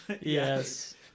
Yes